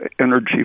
Energy